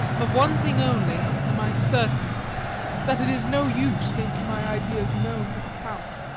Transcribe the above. of one thing only am i certain that it is no use making my ideas known to the count.